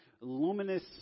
luminous